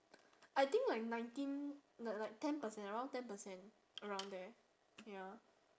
I think like nineteen like like ten percent around ten percent around there ya